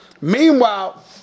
Meanwhile